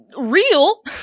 real